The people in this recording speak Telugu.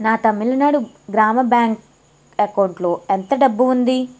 నా తమిళనాడు గ్రామ బ్యాంక్ అకౌంట్లో ఎంత డబ్బు ఉంది